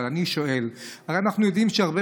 אבל אני שואל: הרי אנחנו יודעים שהרבה